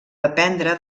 dependre